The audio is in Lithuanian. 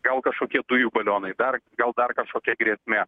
gal kažkokie dujų balionai dar gal dar kažkokia grėsmė